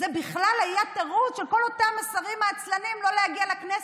זה בכלל היה תירוץ של כל אותם השרים העצלנים לא להגיע לכנסת,